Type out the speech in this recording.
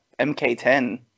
MK10